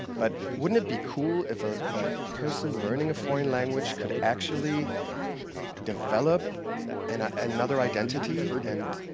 but wouldn't it be cool if ah a person learning a foreign language could actually develop and ah another identity and